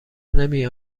نمی